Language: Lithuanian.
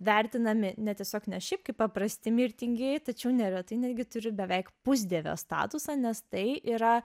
vertinami ne tiesiog ne šiaip kaip paprasti mirtingieji tačiau neretai netgi turi beveik pusdievio statusą nes tai yra